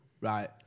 Right